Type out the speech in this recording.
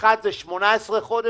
בבתי הספר,